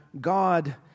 God